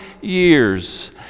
years